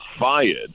fired